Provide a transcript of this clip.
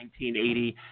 1980